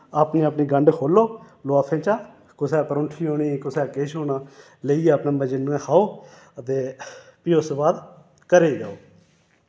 अपनी अपनी गंड खोल्लो लोआफे चा कुसै परोंठी होनी कुसै किश होना लेइयै अपने मजे कन्नै खाओ ते फ्ही उसदे बाद घरै जाओ